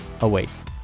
awaits